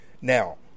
Now